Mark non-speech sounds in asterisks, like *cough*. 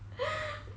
*breath*